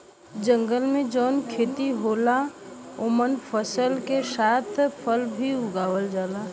जंगल में जौन खेत होला ओमन फसल के साथ फल भी उगावल जाला